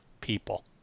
people